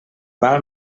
val